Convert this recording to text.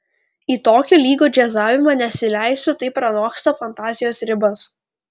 į tokio lygio džiazavimą nesileisiu tai pranoksta fantazijos ribas